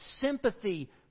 sympathy